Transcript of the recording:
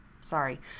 sorry